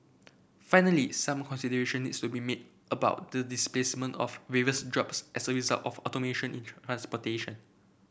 finally some consideration needs to be made about the displacement of various jobs as a result of automation in transportation